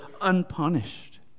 unpunished